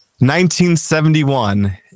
1971